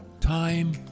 time